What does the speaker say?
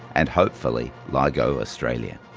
and hopefully ligo-australia.